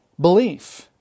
belief